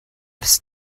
ers